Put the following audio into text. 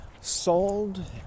Sold